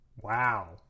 Wow